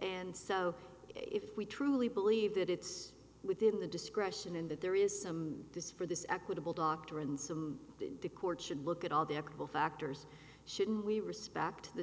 and so if we truly believe that it's within the discretion and that there is some this for this equitable doctrine some the court should look at all their co factors should we respect the